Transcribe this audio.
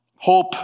Hope